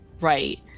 right